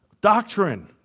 doctrine